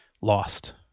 lost